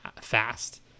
fast